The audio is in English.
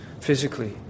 physically